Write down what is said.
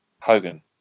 Hogan